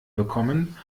bekommen